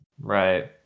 Right